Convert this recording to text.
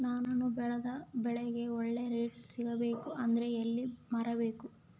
ನಾನು ಬೆಳೆದ ಬೆಳೆಗೆ ಒಳ್ಳೆ ರೇಟ್ ಸಿಗಬೇಕು ಅಂದ್ರೆ ಎಲ್ಲಿ ಮಾರಬೇಕು?